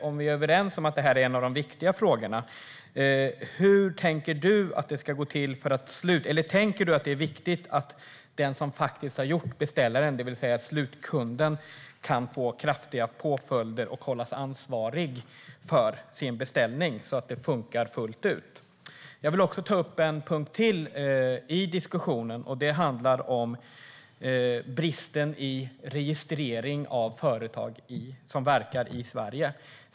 Om vi är överens om att det är en av de viktiga frågorna: Är det viktigt att den som faktiskt har gjort beställningen, det vill säga slutkunden, kan få kraftiga påföljder och hållas ansvarig för sin beställning så att det fungerar fullt ut? Jag vill ta upp en punkt till i diskussionen. Det handlar om bristen i registrering av företag som verkar i Sverige.